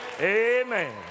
Amen